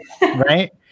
right